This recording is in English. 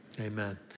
amen